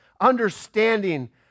understanding